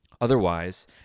Otherwise